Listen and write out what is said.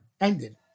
ended